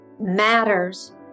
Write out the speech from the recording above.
Matters